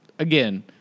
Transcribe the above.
Again